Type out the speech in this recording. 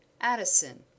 Addison